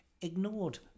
ignored